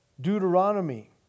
Deuteronomy